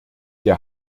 der